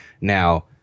Now